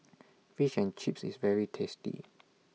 Fish and Chips IS very tasty